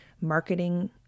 marketing